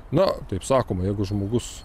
na taip sakoma jeigu žmogus